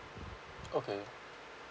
okay